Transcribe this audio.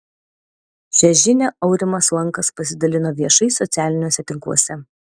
šią žinią aurimas lankas pasidalino viešai socialiniuose tinkluose